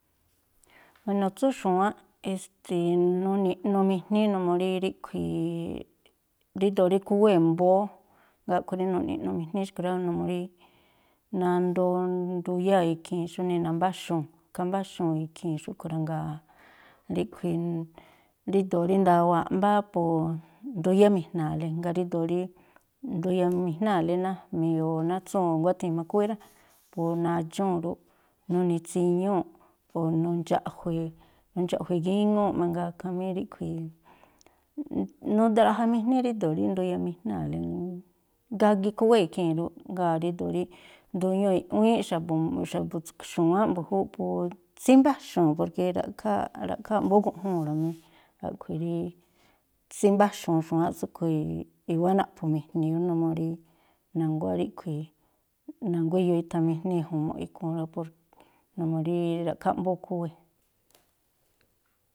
Wéno̱ tsú xu̱wáánꞌ, e̱ste̱e̱ nuni̱ꞌnumijí numuu rí ríꞌkhui̱, ríndo̱o rí khúwée̱ mbóó, jngáa̱ a̱ꞌkhui̱ rí nuni̱ꞌnumijní xkui̱ rá. Numuu rí nandoo nduyáa̱ ikhii̱n xújnii nambáxuu̱n, khambáxuu̱n ikhii̱ xúꞌkhui̱ rá, jngáa̱ ríꞌkhui̱, ríndo̱o rí ndawaa̱ꞌ mbáá, po nduyámi̱jna̱a̱lí. Jngáa̱ ríndo̱o rí nduyamijnáa̱lí nájmii̱ o̱ nátsúu̱n o̱ nguáthii̱n má khúwé rá, po nadxúu̱n rúꞌ, nuni̱ tsiñúu̱ꞌ, o̱ nundxa̱ꞌjue̱, nundxa̱ꞌjue̱ gíŋúu̱ꞌ mangaa, khamí ríꞌkhui̱ nudraꞌjamijní ríndo̱o rí nduyamijnáa̱lí, gagi khúwée̱ ikhii̱n rúꞌ. Jngáa̱ ríndo̱o rí nduñúu̱ i̱ꞌwíínꞌ xa̱bu̱, xa̱bu̱ xu̱wáánꞌ mbu̱júúꞌ po tsímbáxuu̱n, porke ra̱ꞌkhááꞌ, ra̱khááꞌ mbóó guꞌjúu̱n rá mí. A̱ꞌkhui̱ rí tsímbáxu̱un xu̱wáánꞌ tsúꞌkhui̱, i̱wáá naꞌphu̱mi̱jni̱ ú numuu rí na̱nguá ríꞌkhui̱, na̱nguá iyoo ithamijní iju̱mu̱ꞌ ikhúún rá, por numuu rí ra̱ꞌkhááꞌ mbóó khúwé.